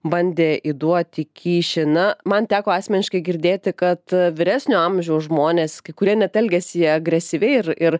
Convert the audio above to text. bandė įduoti kyšį na man teko asmeniškai girdėti kad vyresnio amžiaus žmonės kai kurie net elgiasi agresyviai ir ir